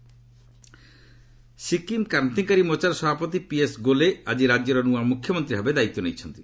ସିକିମ୍ ସିକିମ୍ କାରନ୍ତିକାରୀ ମୋର୍ଚ୍ଚାର ସଭାପତି ପିଏସ୍ ଗୋଲେ ଆଜି ରାଜ୍ୟର ନୂଆ ମୁଖ୍ୟମନ୍ତ୍ରୀ ଭାବେ ଦାୟିତ୍ୱ ନେଇଛନ୍ତି